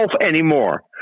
anymore